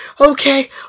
okay